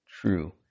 True